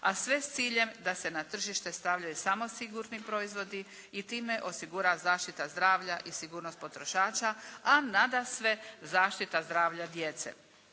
A sve s ciljem da se na tržište stavljaju samo sigurni proizvodi i time osigura zaštita zdravlja i sigurnost potrošača, a nadasve zaštita zdravlja djece.